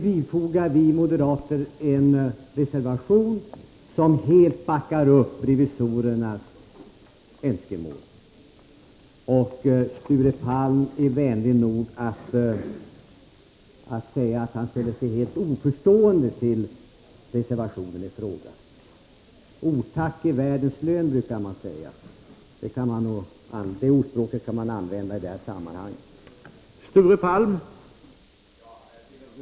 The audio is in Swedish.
Sedan fogar vi moderater en reservation till utskottsbetänkandet som helt backar upp revisorernas önskemål, och Sture Palm är vänlig nog att säga att han ställer sig helt oförstående till reservationen i fråga. Otack är världens lön, brukar man säga.